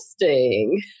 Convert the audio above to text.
interesting